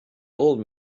old